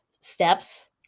steps